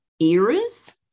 eras